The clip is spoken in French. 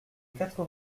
quatre